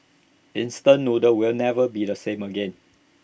instant noodles will never be the same again